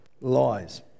lies